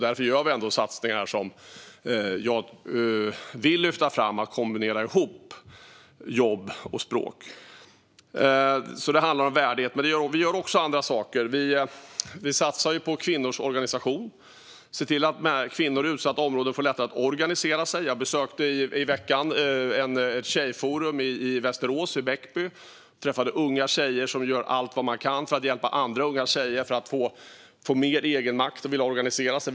Därför gör vi satsningar som jag vill lyfta fram och som handlar om att kombinera jobb och språk. Det handlar om värdighet. Men vi gör också andra saker. Vi satsar på kvinnors organisation och ser till att kvinnor i utsatta områden får lättare att organisera sig. Jag besökte i veckan ett tjejforum på Bäckby i Västerås och träffade unga tjejer som gör allt vad de kan för att hjälpa andra unga tjejer att få mer egenmakt och vilja organisera sig.